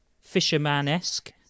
Fisherman-esque